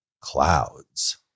clouds